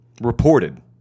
Reported